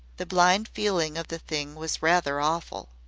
the blind feeling of the thing was rather awful.